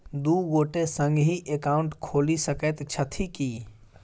दु गोटे संगहि एकाउन्ट खोलि सकैत छथि की?